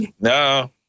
No